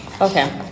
Okay